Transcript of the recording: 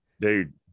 dude